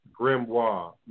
grimoire